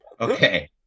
Okay